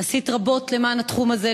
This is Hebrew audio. עשית רבות למען התחום הזה,